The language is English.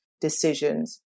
decisions